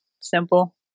simple